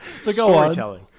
Storytelling